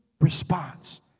response